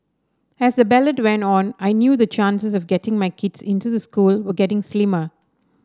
as the ballot went on I knew the chances of getting my kids into the school were getting slimmer